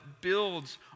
builds